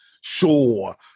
sure